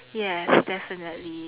yes definitely